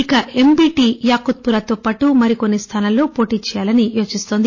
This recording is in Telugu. ఇక ఎంబిటి యాఖుత్పురా తో పాటు మరొకొన్నిస్థానాల్లో పోటీ చేయాలని యోచిస్తున్నారు